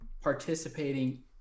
participating